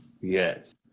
Yes